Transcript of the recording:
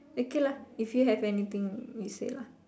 okay lah if you have anything you say lah